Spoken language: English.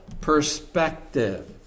perspective